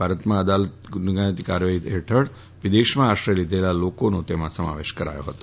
ભારતમાં અદાલતી ગુનાઈત કાર્યવાઠી હેઠળ વિદેશમાં આશ્રય લીધેલા લોકોનો તેમાં સમાવેશ કરાયો હતો